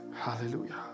Hallelujah